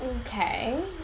Okay